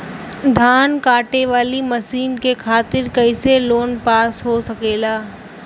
धान कांटेवाली मशीन के खातीर कैसे लोन पास हो सकेला?